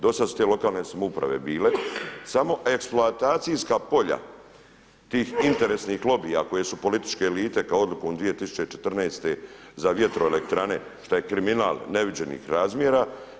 Do sada su te lokalne samouprave bile, samo eksploatacijska polja tih interesnih lobija koje su političke elite kao odlukom 2014. za vjetroelektrane šta je kriminal neviđenih razmjera.